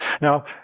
Now